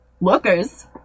Lookers